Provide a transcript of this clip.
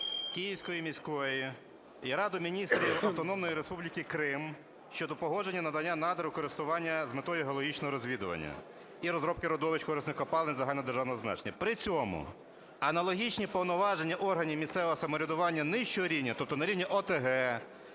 Київської міської і Раду міністрів Автономної Республіки Крим щодо погодження надання надр у користування з метод геологічного розвідування і розробки корисних копалин загальнодержавного значення. При цьому аналогічні повноваження органів місцевого самоврядування нижчого рівня, тобто на рівні ОТГ,